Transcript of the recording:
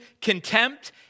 Contempt